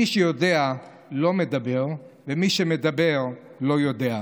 מי שיודע לא מדבר ומי שמדבר לא יודע.